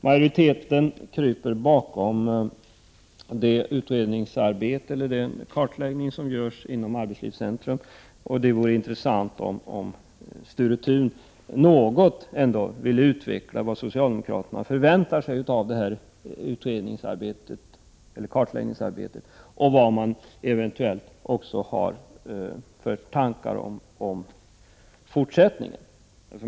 Majoriteten kryper bakom den kartläggning som görs inom Arbetslivscentrum. Det vore intressant om Sture Thun något ville utveckla vad socialdemokraterna förväntar sig av det kartläggningsarbetet och vad man eventuellt också har för tankar om fortsättningen.